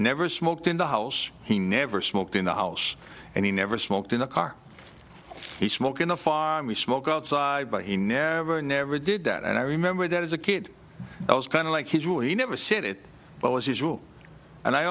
never smoked in the house he never smoked in the house and he never smoked in the car he smoked in the farm we smoke outside but he never never did that and i remember that as a kid i was kind of like his rule he never said it well as his rule and i